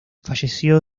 falleció